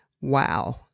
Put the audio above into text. Wow